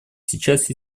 сейчас